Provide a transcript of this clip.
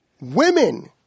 women